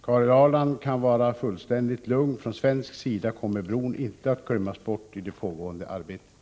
Karin Ahrland kan vara fullständigt lugn. Från svensk sida kommer bron inte att glömmas bort i det pågående arbetet.